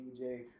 DJ